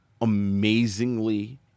amazingly